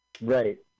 Right